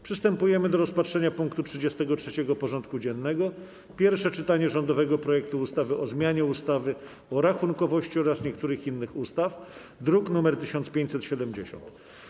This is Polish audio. Przystępujemy do rozpatrzenia punktu 33. porządku dziennego: Pierwsze czytanie rządowego projektu ustawy o zmianie ustawy o rachunkowości oraz niektórych innych ustaw (druk nr 1570)